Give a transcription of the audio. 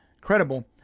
credible